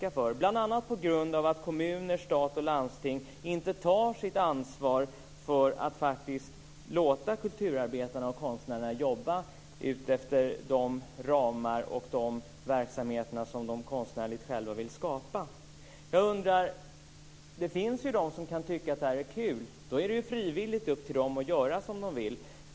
Det beror bl.a. på att kommuner, stat och landsting inte tar sitt ansvar för att låta kulturarbetarna och konstnärerna jobba efter de ramar och de verksamheter som de konstnärligt själva vill skapa. Det finns ju de som kan tycka att det här är kul. Då är det upp till dem att göra som de vill.